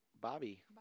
Bobby